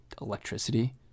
electricity